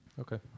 Okay